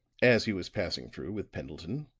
as he was passing through with pendleton,